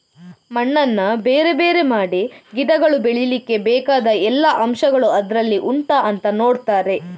ಮಣ್ಣನ್ನ ಬೇರೆ ಬೇರೆ ಮಾಡಿ ಗಿಡಗಳು ಬೆಳೀಲಿಕ್ಕೆ ಬೇಕಾದ ಎಲ್ಲಾ ಅಂಶಗಳು ಅದ್ರಲ್ಲಿ ಉಂಟಾ ಅಂತ ನೋಡ್ತಾರೆ